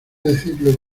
decidirlo